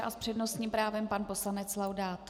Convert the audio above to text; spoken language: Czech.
S přednostním právem pan poslanec Laudát.